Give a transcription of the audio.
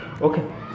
Okay